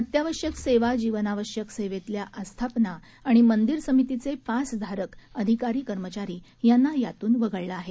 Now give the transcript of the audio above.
अत्यावश्यक सेवा जीवनाश्यक सेवेतील आस्थापना आणि मंदिर समितीचे पासधारक अधिकारी कर्मचारी यांना यातून वगळलं आहे